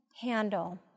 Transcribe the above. handle